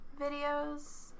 videos